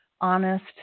honest